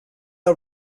are